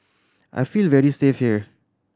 I feel very safe here